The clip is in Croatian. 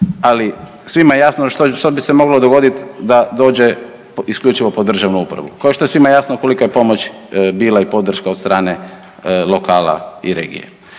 ali svima je jasno što bi se moglo dogoditi da dođe isključivo pod državnu upravu. Kao što je svima jasno kolika je pomoć bila i podrška od strane lokala i regije.